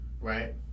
Right